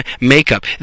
makeup